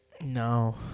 no